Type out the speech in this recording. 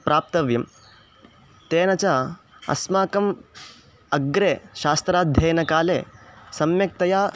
प्राप्तव्यं तेन च अस्माकम् अग्रे शास्त्राध्ययनकाले सम्यक्तया